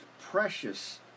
precious